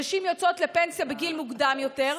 נשים יוצאות לפנסיה בגיל מוקדם יותר,